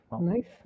Nice